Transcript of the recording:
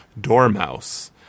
Dormouse